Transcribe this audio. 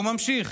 הוא ממשיך: